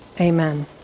Amen